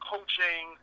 coaching